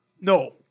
No